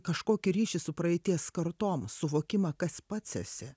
kažkokį ryšį su praeities kartom suvokimą kas pats esi